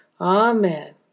Amen